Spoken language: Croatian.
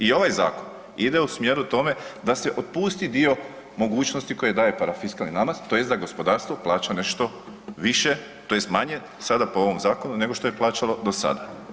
I ovaj zakon ide u smjeru tome da se otpusti dio mogućnosti koje daje parafiskalni namet tj. da gospodarstvo plaća nešto više tj. manje sada po ovom zakonu nego što je plaćalo do sada.